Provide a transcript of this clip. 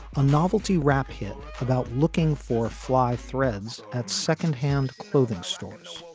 a novelty rap hit about looking for fly threads at second hand clothing stores.